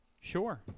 Sure